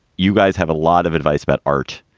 you guys have a lot of advice about art